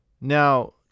Now